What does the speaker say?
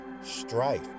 strife